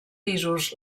pisos